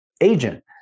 agent